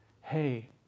Hey